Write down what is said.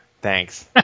Thanks